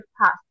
past